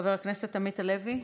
חבר הכנסת עמית הלוי,